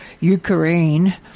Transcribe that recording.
Ukraine